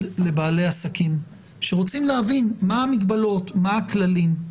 לבעלי עסקים שרוצים להבין מה המגבלות ומה הכללים.